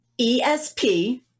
ESP